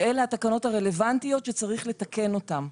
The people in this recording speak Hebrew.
שאלה התקנות הרלוונטיות שצריך לתקן אותן.